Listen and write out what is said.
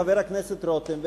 חבר הכנסת רותם,